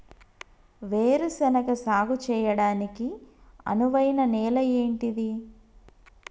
వేరు శనగ సాగు చేయడానికి అనువైన నేల ఏంటిది?